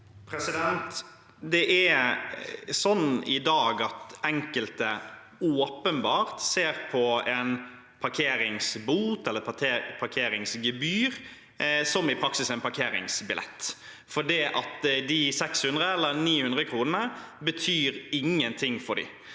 Det er sånn i dag at enkelte åpenbart ser på en parkeringsbot eller et parkeringsgebyr som i praksis en parkeringsbillett, for de 600 eller 900 kronene betyr ingenting for dem.